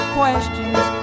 questions